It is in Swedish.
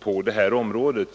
på området.